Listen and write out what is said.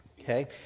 Okay